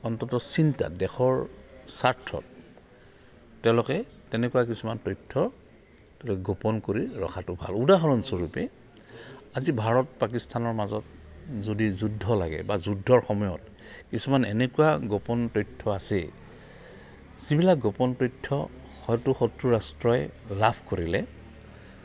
অন্ততঃ চিন্তা দেশৰ স্বাৰ্থত তেওঁলোকে তেনেকুৱা কিছুমান তথ্য গোপন কৰি ৰখাটো ভাল উদাহৰণস্বৰূপে আজি ভাৰত পাকিস্তানৰ মাজত যদি যুদ্ধ লাগে বা যুদ্ধৰ সময়ত কিছুমান এনেকুৱা গোপন তথ্য আছে যিবিলাক গোপন তথ্য হয়তো শত্ৰু ৰাষ্ট্ৰই লাভ কৰিলে